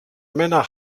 männer